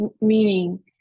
meaning